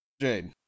Jade